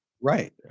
Right